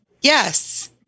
Yes